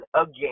again